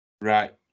Right